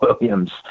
Williams